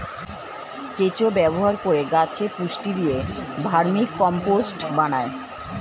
কেঁচো ব্যবহার করে গাছে পুষ্টি দিয়ে ভার্মিকম্পোস্ট বানায়